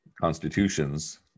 constitutions